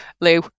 Lou